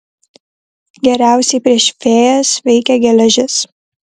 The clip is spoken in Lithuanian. geriausiai prieš fėjas veikia geležis